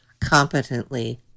competently